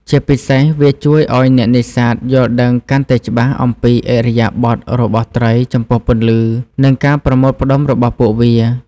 ជាពិសេស វាជួយឱ្យអ្នកនេសាទយល់ដឹងកាន់តែច្បាស់អំពីឥរិយាបថរបស់ត្រីចំពោះពន្លឺ និងការប្រមូលផ្តុំរបស់ពួកវា។